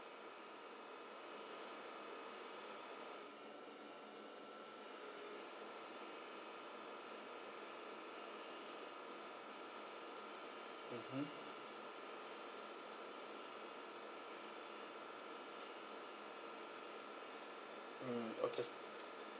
mm okay